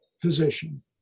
physician